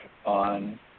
on